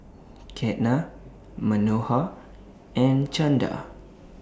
Ketna Manohar and Chanda